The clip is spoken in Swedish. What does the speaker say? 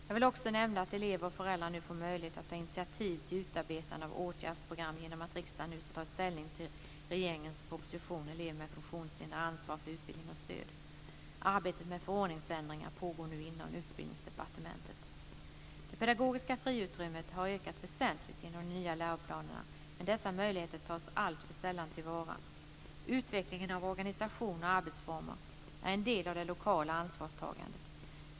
Jag vill också nämna att elever och föräldrar nu får möjlighet att ta initiativ till utarbetandet av åtgärdsprogram genom att riksdagen nu tagit ställning till regeringens proposition Elever med funktionshinder - ansvar för utbildning och stöd. Arbetet med förordningsändringar pågår nu inom Utbildningsdepartementet. Det pedagogiska friutrymmet har ökat väsentligt genom de nya läroplanerna men dessa möjligheter tas alltför sällan till vara. Utvecklingen av organisation och arbetsformer är en del av det lokala ansvarstagandet.